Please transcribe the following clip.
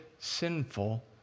sinful